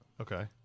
Okay